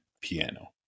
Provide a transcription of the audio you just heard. piano